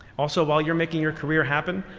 also while you're making your career happen,